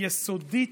יסודית,